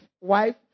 wife